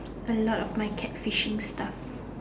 a lot of my cat fishing stuff